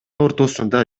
ортосунда